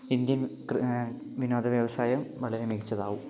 Indian വിനോദ വ്യവസായം വളരെ മികച്ചതാവും